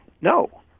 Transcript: No